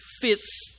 fits